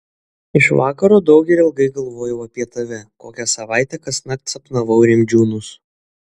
iš vakaro daug ir ilgai galvojau apie tave kokią savaitę kasnakt sapnavau rimdžiūnus